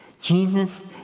Jesus